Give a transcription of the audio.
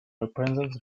representatives